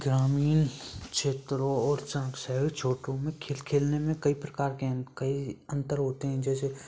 ग्रामीण क्षेत्रों और सं शहर छोटू में खेल खेलने में कई प्रकार के अं कई अंतर होते हैं जैसे